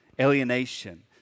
alienation